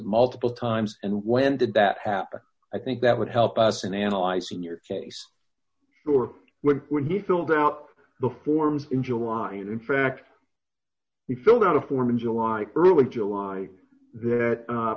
multiple times and when did that happen i think that would help us in analyzing your case or when when he filled out the forms in july and in fact he filled out a form in july early july that